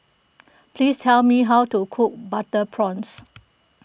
please tell me how to cook Butter Prawns